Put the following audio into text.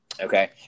Okay